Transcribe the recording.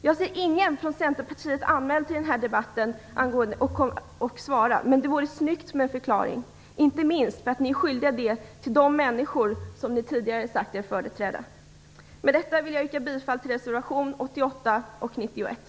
Jag ser ingen från Centerpartiet anmäld till debatten som kan gå upp och svara, men det vore snyggt med en förklaring, inte minst för att ni är skyldiga de människor som ni tidigare har sagt er företräda en förklaring. Med detta vill jag yrka bifall till reservationerna